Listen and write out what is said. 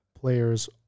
players